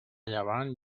llevant